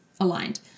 aligned